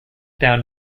down